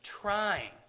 trying